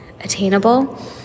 attainable